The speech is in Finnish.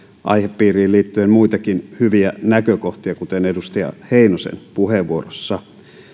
aihepiiriin liittyen muitakin hyviä näkökohtia kuten edustaja heinosen puheenvuorossa